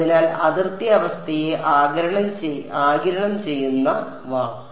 അതിനാൽ അതിർത്തി അവസ്ഥയെ ആഗിരണം ചെയ്യുന്ന വാക്ക്